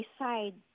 decide